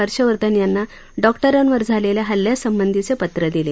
हर्षवर्धन यांना डॉक्टरांवर झालेल्या हल्ल्यासंबधी पत्र दिले